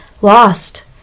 Lost